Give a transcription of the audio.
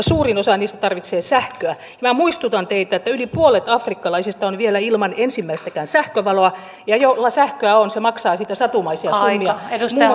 suurin osa niistä tarvitsee sähköä minä muistutan teitä että yli puolet afrikkalaisista on vielä ilman ensimmäistäkään sähkövaloa ja se jolla sähköä on maksaa siitä satumaisia summia muun